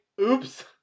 oops